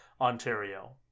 Ontario